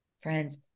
Friends